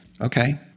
okay